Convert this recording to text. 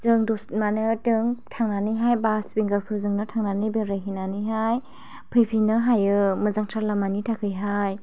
जों थांनानैहाय बास विंगारफोरजों थांनानै बेरायहैनानैहाय फैफिन्नो हायो मोजांथार लामानि थाखायहाय